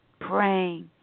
praying